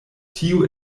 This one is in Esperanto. tio